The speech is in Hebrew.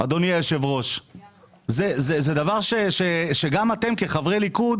זה דבר שגם אתם בחרי ליכוד,